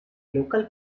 local